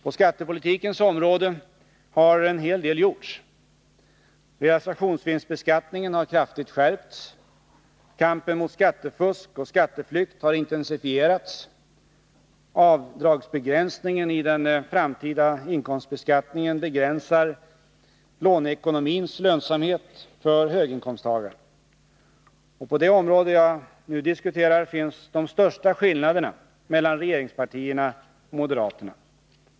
På skattepolitikens område har en hel del gjorts. Realisationsvinstbeskattningen har kraftigt skärpts. Kampen mot skattefusk och skatteflykt har intensifierats. Avdragsbegränsningen i den framtida inkomstbeskattningen begränsar låneekonomins lönsamhet för höginkomsttagare. På det område jag nu diskuterar finns de största skillnaderna mellan regeringspartierna och moderaterna.